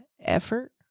effort